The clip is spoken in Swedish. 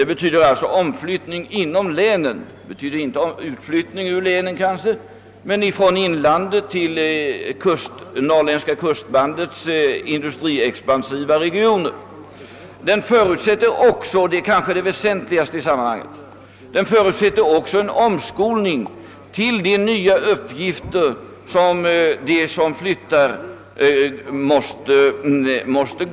Det betyder omflyttning inom länen och kanske inte utflyttning från länen — exempelvis omflyttning från inlandet till det norrländska kustbandets industriexpansiva regioner. Det förutsätter också — och det är kanske det väsentligaste i sammanhanget — en omskolning till de nya uppgifter som de som flyttar måste gå till.